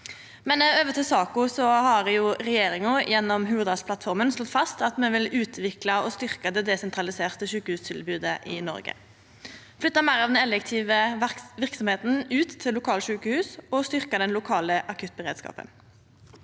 Men over til saka: Regjeringa har gjennom Hurdalsplattforma slått fast at me vil utvikla og styrkja det desentraliserte sjukehustilbodet i Noreg, flytta meir av den elektive verksemda ut til lokalsjukehus og styrkja den lokale akuttberedskapen.